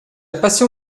passion